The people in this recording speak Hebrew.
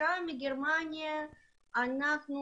בגרמניה עבדתי כאוצרת אמנות במוזיאון גדול אבל הבנו